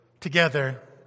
together